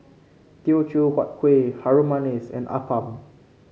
Teochew Huat Kuih Harum Manis and appam